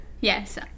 Yes